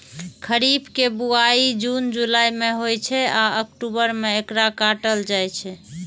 खरीफ के बुआई जुन जुलाई मे होइ छै आ अक्टूबर मे एकरा काटल जाइ छै